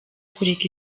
kureka